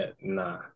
nah